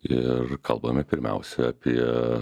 ir kalbame pirmiausia apie